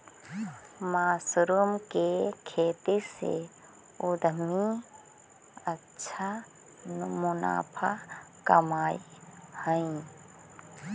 mushroom के खेती से उद्यमी अच्छा मुनाफा कमाइत हइ